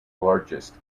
largest